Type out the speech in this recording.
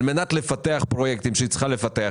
על מנת לפתח פרויקטים שהיא צריכה לפתח,